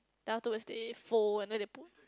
then afterwards they phone and then they put